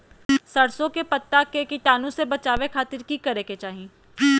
सरसों के पत्ता के कीटाणु से बचावे खातिर की करे के चाही?